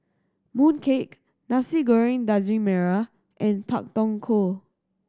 Mooncake Nasi Goreng Daging Merah and Pak Thong Ko